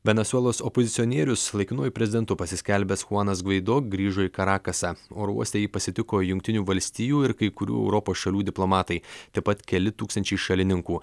venesuelos opozicionierius laikinuoju prezidentu pasiskelbęs chuanas gvaido grįžo į karakasą oro uoste jį pasitiko jungtinių valstijų ir kai kurių europos šalių diplomatai taip pat keli tūkstančiai šalininkų